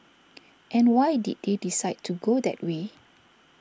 and why did they decide to go that way